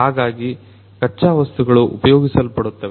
ಹಾಗಾಗಿ ಖಚ್ಚಾ ವಸ್ತುಗಳು ಉಪಯೋಗಿಸಲ್ಪಡುತ್ತವೆ